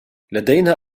لدينا